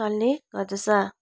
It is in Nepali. चल्ने गर्दछ